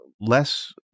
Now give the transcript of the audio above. less